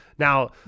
Now